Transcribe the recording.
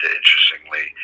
interestingly